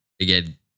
Again